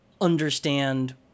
understand